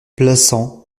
plassans